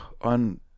on